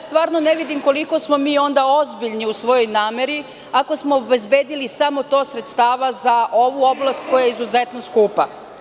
Stvarno ne vidim koliko smo mi onda ozbiljni u svojoj nameri ako smo obezbedili to sredstava samo za ovu oblast koja je izuzetno skup.